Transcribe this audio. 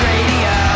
Radio